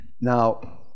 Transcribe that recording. now